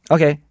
Okay